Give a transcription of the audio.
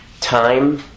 Time